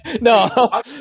No